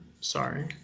Sorry